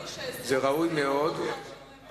ראוי שסגן השר יהיה פה.